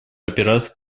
операций